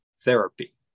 therapy